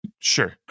Sure